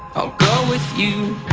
i'll go with you.